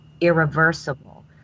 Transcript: irreversible